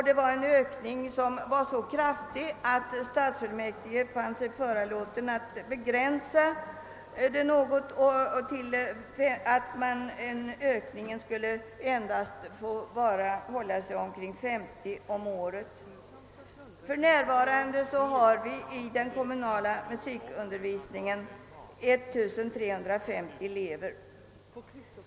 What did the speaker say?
Denna ökning var så kraftig att stadsfullmäktige fann sig föranlåtna att begränsa den genom att fastställa att ökningen endast skulle få hålla sig vid 50 elever per år. För närvarande har vi i den kommunala musikundervisningen 1350 elever.